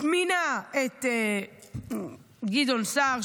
מינה את גדעון סער,